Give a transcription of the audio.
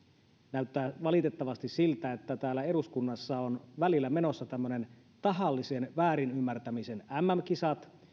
näyttää valitettavasti siltä että täällä eduskunnassa on välillä menossa tämmöiset tahallisen väärinymmärtämisen mm kisat